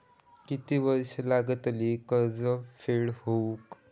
किती वर्षे लागतली कर्ज फेड होऊक?